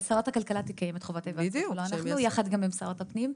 שרת הכלכלה תקיים את חובת ההיוועצות גם עם שרת הפנים.